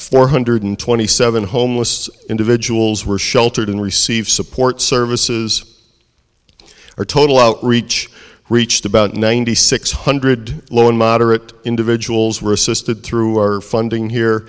four hundred twenty seven homeless individuals were sheltered and receive support services our total outreach reached about ninety six hundred low and moderate individuals were assisted through our funding here